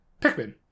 Pikmin